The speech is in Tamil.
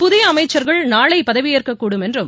புதிய அமைச்சள்கள் நாளை பதவியேற்கக்கூடும் என்றும்